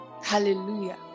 hallelujah